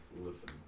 Listen